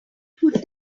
put